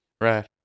Right